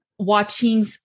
watching